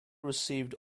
received